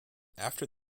after